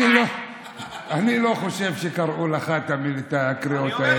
אני לא חושב שקראו לך את הקריאות האלה.